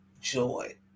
joy